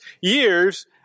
years